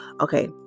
okay